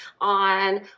on